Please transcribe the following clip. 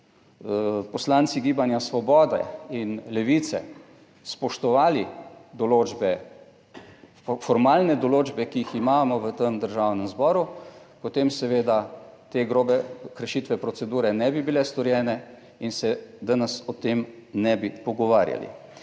poslanci Gibanja Svobode in Levice spoštovali določbe formalne določbe, ki jih imamo v tem Državnem zboru, potem seveda te grobe kršitve procedure ne bi bile storjene in se danes o tem ne bi pogovarjali.